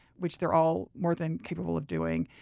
which they're all more than capable of doing.